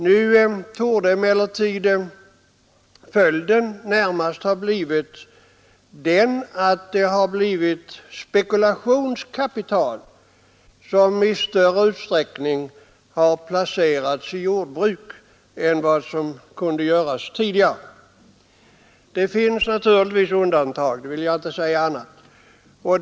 Nu torde emellertid följden närmast ha blivit den att det är spekulationskapital som har placerats i jordbruk i större utsträckning än vad som var möjligt tidigare. Naturligtvis finns undantag, det vill jag inte förneka.